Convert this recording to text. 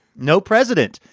no president.